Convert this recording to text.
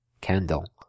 candle